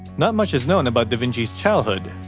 not much is known about da vinci's childhood,